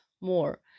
more